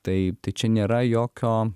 tai tai čia nėra jokio